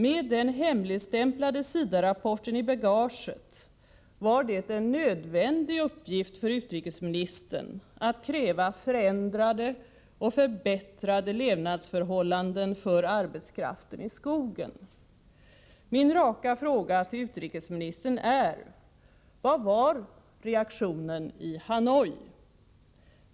Med den hemligstämplade SIDA-rapporten i bagaget var det en nödvändig uppgift för utrikesministern att kräva förändrade och förbättrade levnadsförhållanden för arbetskraften i skogen. Min raka fråga till utrikesministern är: Vad var reaktionen i Hanoi?